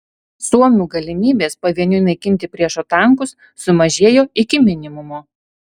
suomių galimybės pavieniui naikinti priešo tankus sumažėjo iki minimumo